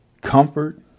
Comfort